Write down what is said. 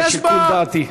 זה שיקול דעתי.